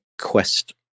Quest